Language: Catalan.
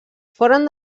foren